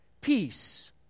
Peace